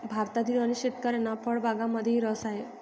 भारतातील अनेक शेतकऱ्यांना फळबागांमध्येही रस आहे